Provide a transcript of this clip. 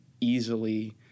easily